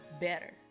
better